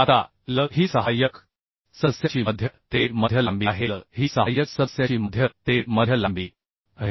आता L ही सहाय्यक सदस्याची मध्य ते मध्य लांबी आहे L ही सहाय्यक सदस्याची मध्य ते मध्य लांबी आहे